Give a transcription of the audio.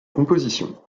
compositions